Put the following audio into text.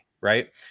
right